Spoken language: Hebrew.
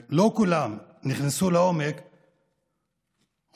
שלא כולם נכנסו לעומקו,